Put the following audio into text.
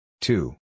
Two